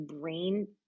brain